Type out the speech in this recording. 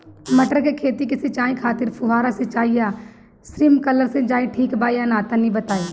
मटर के खेती के सिचाई खातिर फुहारा सिंचाई या स्प्रिंकलर सिंचाई ठीक बा या ना तनि बताई?